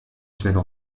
semaines